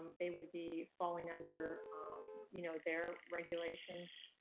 um they would be falling under you know their regulations.